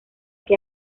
que